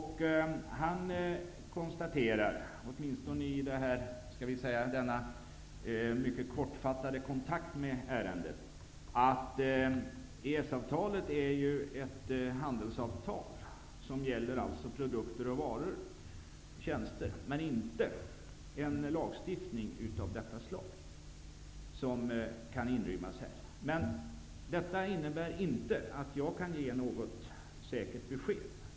Han konstaterar, åtminstone vid denna kortfattade kontakt med ärendet, att EES-avtalet är ett handelsavtal som gäller varor och tjänster men däremot inte en lagstiftning av detta slag. Detta innebär inte att jag kan ge något säkert besked.